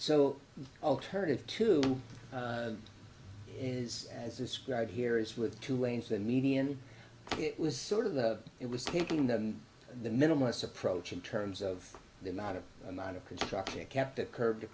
so alternative to is as described here as with two lanes the median it was sort of the it was taking them the minimalist approach in terms of the amount of amount of construction it kept a curb t